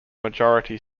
majority